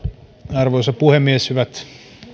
arvoisa puhemies hyvät